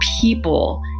people